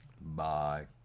Bye